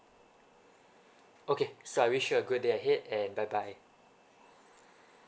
okay so I wish a good day ahead and bye bye